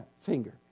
finger